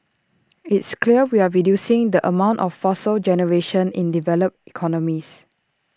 it's clear we're reducing the amount of fossil generation in developed economies